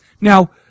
now